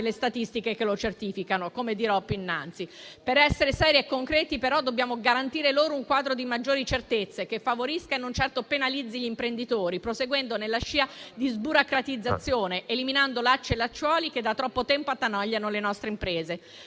statistiche che lo certificavano, come dirò più innanzi. Per essere seri e concreti, però, dobbiamo garantire loro un quadro di maggiori certezze che favorisca e non certo penalizzi gli imprenditori, proseguendo nella scia di sburocratizzazione, eliminando lacci e lacciuoli che da troppo tempo attanagliano le nostre imprese.